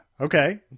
okay